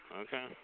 Okay